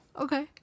Okay